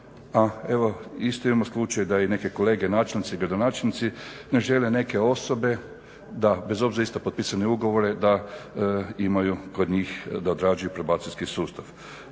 A evo isto imamo slučaj da i neke kolege načelnici, gradonačelnici ne žele neke osobe da bez obzira na isto potpisane ugovore da imaju kod njih da odrađuju probacijski sustav.